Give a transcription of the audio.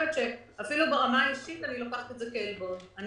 אפילו ברמה האישית אני לוקחת את זה כעלבון.